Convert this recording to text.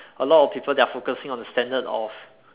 a lot of people that are focusing on the standard of